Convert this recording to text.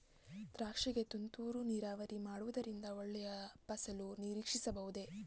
ದ್ರಾಕ್ಷಿ ಗೆ ತುಂತುರು ನೀರಾವರಿ ಮಾಡುವುದರಿಂದ ಒಳ್ಳೆಯ ಫಸಲು ನಿರೀಕ್ಷಿಸಬಹುದೇ?